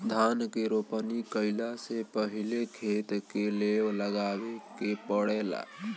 धान के रोपनी कइला से पहिले खेत के लेव लगावे के पड़ेला